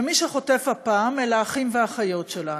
ומי שחוטף הפעם אלה האחים והאחיות שלנו,